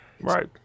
Right